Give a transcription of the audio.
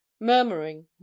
murmuring